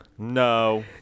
No